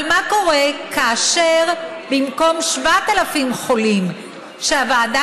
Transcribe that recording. אבל מה קורה כאשר במקום 7,000 חולים שהוועדה